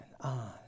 on